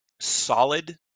solid